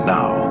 now